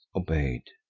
obey'd.